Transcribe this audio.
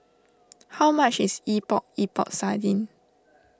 how much is Epok Epok Sardin